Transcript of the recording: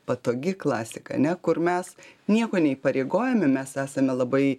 patogi klasika ane kur mes nieko neįpareigojami mes esame labai